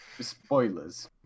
spoilers